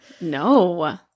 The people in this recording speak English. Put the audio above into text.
no